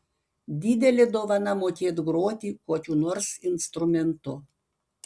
didelė dovana mokėt groti kokiu nors instrumentu